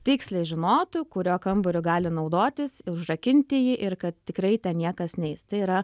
tiksliai žinotų kuriuo kambariu gali naudotis užrakinti jį ir kad tikrai ten niekas neis tai yra